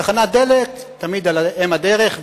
תחנת דלק נמצאות תמיד על אם הדרך,